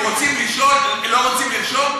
אם לא רוצים לרשום,